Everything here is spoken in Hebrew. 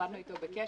עמדנו איתו בקשר,